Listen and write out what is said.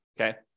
okay